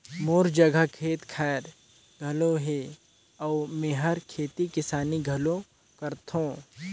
मोर जघा खेत खायर घलो हे अउ मेंहर खेती किसानी घलो करथों